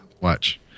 Watch